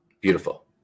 beautiful